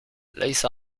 ليس